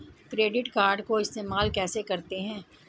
Credit card को इस्तेमाल कैसे करते हैं?